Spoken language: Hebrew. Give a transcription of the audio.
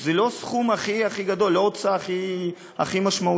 זה לא הסכום הכי הכי גדול, לא הוצאה הכי משמעותית,